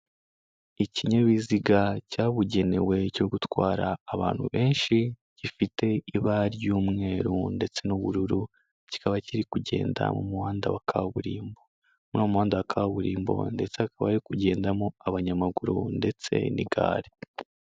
Ikinyabiziga cyabugenewe cyo gutwara abantu benshi gifite ibara ry'umweru ndetse n'ubururu, kikaba kiri kugenda mu muhanda wa kaburimbo, muri uwo muhanda wa kaburimbo ndetse hakaba hari kugendamo abanyamaguru ndetse n'igare.